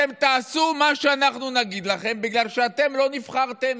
ואתם תעשו מה שאנחנו נגיד לכם בגלל שאתם לא נבחרתם.